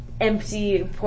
Empty